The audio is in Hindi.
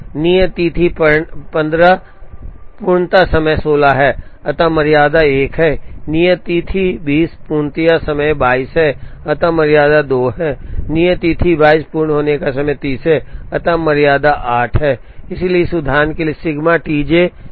नियत तिथि १५ पूर्णता समय १६ है अतः मर्यादा १ है नियत तिथि २० पूर्णता समय २२ है अतः मर्यादा २ है और नियत तिथि २२ पूर्ण होने का समय ३० है अतः मर्यादा 8 है इसलिए इस उदाहरण के लिए सिग्मा टी जे